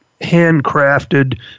handcrafted